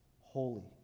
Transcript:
holy